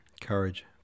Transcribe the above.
Courage